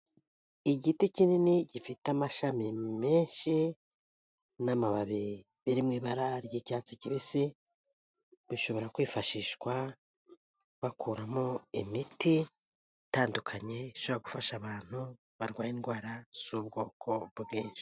Igiti kinini gifite amashami menshi n'amababi biri mu ibara ry'icyatsi kibisi, bishobora kwifashishwa bakuramo imiti itandukanye, ishobora gufasha abantu barwaye indwara z'ubwokoko bwinshi.